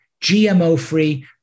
GMO-free